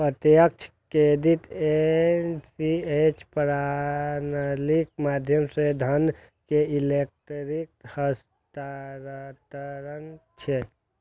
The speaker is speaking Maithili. प्रत्यक्ष क्रेडिट ए.सी.एच प्रणालीक माध्यम सं धन के इलेक्ट्रिक हस्तांतरण छियै